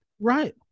Right